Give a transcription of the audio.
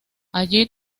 allí